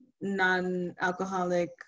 non-alcoholic